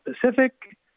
Pacific